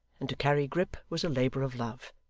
and to carry grip was a labour of love.